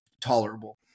tolerable